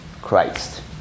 Christ